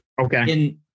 Okay